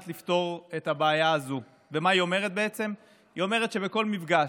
בעצם מתקנת תיקון.